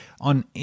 on